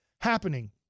happening